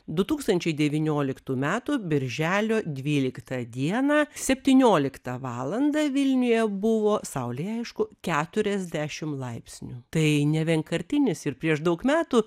du tūkstančiai devynioliktų metų birželio dvyliktą dieną septynioliktą valandą vilniuje buvo saulėj aišku keturiasdešim laipsnių tai nevienkartinis ir prieš daug metų